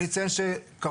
אני אציין "קרפור",